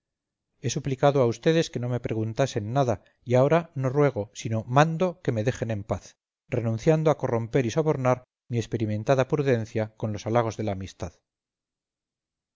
he suplicado a vds que no me preguntasen nada y ahora no ruego sino mando que me dejen en paz renunciando a corromper y sobornar mi experimentada prudencia con los halagos de la amistad